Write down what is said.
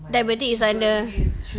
diabetic sana